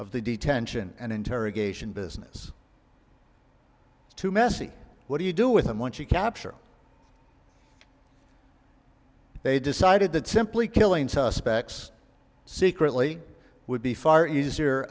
of the detention and interrogation business too messy what do you do with them once you capture they decided that simply killing suspects secretly would be far easier